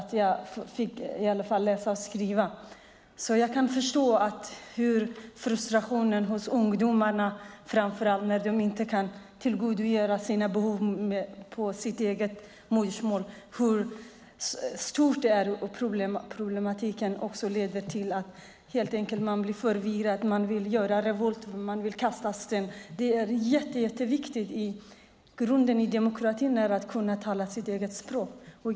Jag kan förstå frustrationen hos ungdomarna, framför allt när de inte kan tillgodose sina behov på sitt eget modersmål. Det är en stor del av problematiken och leder också till att man blir förvirrad, man vill göra revolt, man vill kasta sten. Det är i grunden jätteviktigt i demokratin att kunna tala sitt eget språk.